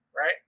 Right